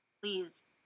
please